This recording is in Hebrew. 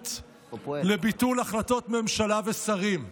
הסבירות לביטול החלטות ממשלה ושרים.